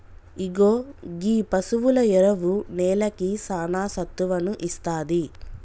ఇగో గీ పసువుల ఎరువు నేలకి సానా సత్తువను ఇస్తాది